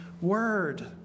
word